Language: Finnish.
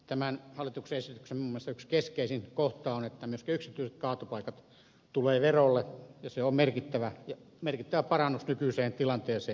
tämän hallituksen esityksen minun mielestäni yksi keskeisin kohta on että myöskin yksityiset kaatopaikat tulevat verolle ja se on merkittävä parannus nykyiseen tilanteeseen